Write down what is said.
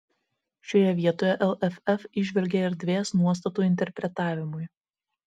šioje vietoje lff įžvelgė erdvės nuostatų interpretavimui